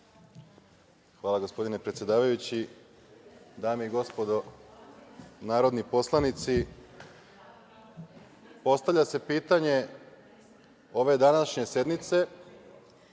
Hvala, gospodine predsedavajući. Dame i gospodo narodni poslanici, postavlja se pitanje ove današnje sednice